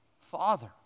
father